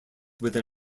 within